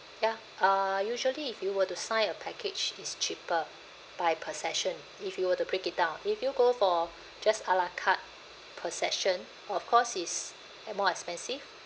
ya uh usually if you were to sign a package it's cheaper by per session if you were to break it down if you go for just a la carte per session of course it's more expensive